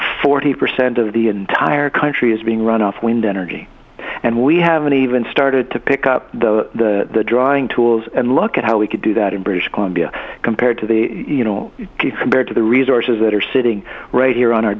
forty percent of the entire country is being run off wind energy and we haven't even started to pick up the drawing tools and look at how we could do that in british columbia compared to the you know compared to the resources that are sitting right here on our